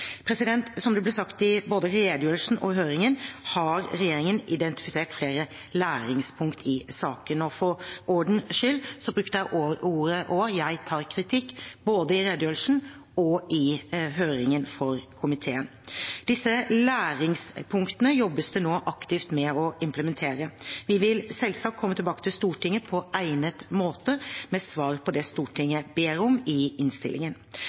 Som det ble sagt i både redegjørelsen og høringen, har regjeringen identifisert flere læringspunkt i saken, og for ordens skyld, jeg brukte ordene «og jeg tar kritikk» både i redegjørelsen og under høringen i komiteen. Disse læringspunktene jobbes det nå aktivt med å implementere. Vi vil selvsagt komme tilbake til Stortinget på egnet måte med svar på det Stortinget ber om i innstillingen.